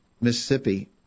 Mississippi